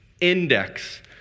Index